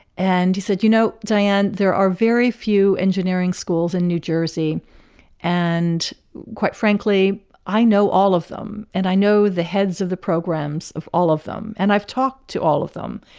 and he said, you know, diane, there are very few engineering schools in new jersey and quite frankly i know all of them. and i know the heads of the programs of all of them and i've talked to all of them.